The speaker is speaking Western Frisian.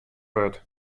wurdt